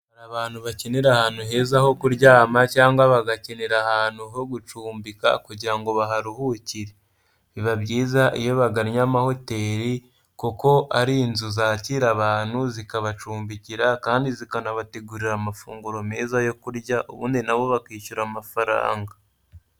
Hari abantu bakinira ahantu heza ho kuryama cyangwa bagakeneira ahantu ho gucumbika kugira ngo baharuhukire. Biba byiza iyo bagannye amahoteli kuko ari inzu zakira abantu zikabacumbikira kandi zikanabategurira amafunguro meza yo kurya ubundi nabo bakishyura amafaranga.